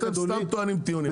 אז אתם סתם טוענים טיעונים,